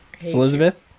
Elizabeth